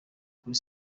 kuri